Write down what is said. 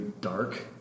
dark